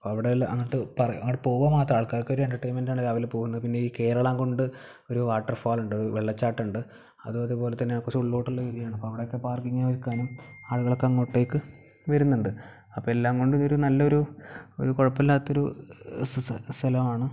അപ്പം അവിടെ ഉള്ള അങ്ങോട്ട് അവിടെ പോവുക മാത്രമല്ല ആൾക്കാർക്ക് ഒരു എന്റർടൈൻമെൻ്റ ആണ് രാവിലെ പോകുന്നത് പിന്നെ ഈ കേരളകുണ്ട് വാട്ടർഫാള് ഉണ്ട് ഒരു വെള്ളച്ചാട്ടം ഉണ്ട് അതുപോലെതന്നെ കുറച്ച് ഉള്ളിലോട്ടുള്ള ഏരിയാണ് അപ്പോൾ അവിടൊക്കെ പാർക്കിംഗ് വയ്ക്കാനും ആളുകളൊക്കെ അങ്ങോട്ടേക്ക് വരുന്നുണ്ട് അപ്പം എല്ലാംകൊണ്ടും ഇതൊരു നല്ലൊരു കുഴപ്പമില്ലാത്തൊരു സ സ്ഥലമാണ് അങ്ങനെ